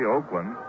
Oakland